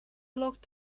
locked